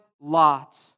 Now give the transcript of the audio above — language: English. lot